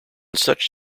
such